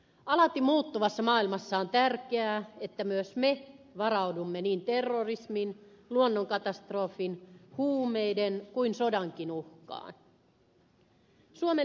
alati muuttuvassa maailmassa on tärkeää että myös me varaudumme niin terrorismin luonnonkatastrofin huumeiden kuin sodankin uhkaan